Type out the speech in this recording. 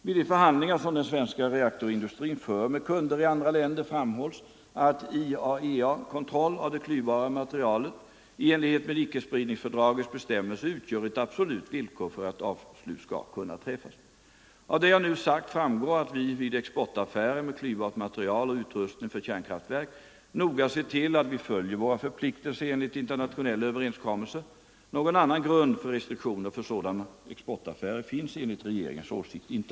Vid de förhandlingar som den svenska reaktorindustrin för med kunder i andra länder framhålls att IAEA-kontroll av det klyvbara materialet i enlighet med icke-spridningsfördragets bestämmelser utgör ett absolut villkor för att avslut skall kunna träffas. Av det jag nu har sagt framgår att vi vid exportaffärer med klyvbart material och utrustning för kärnkraftverk noga ser till att vi följer våra förpliktelser enligt internationella överenskommelser. Någon annan grund för restriktioner för sådana exportaffärer finns enligt regeringens åsikt inte.